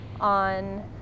on